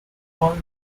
call